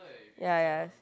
ya ya